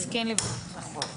בבקשה.